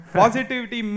positivity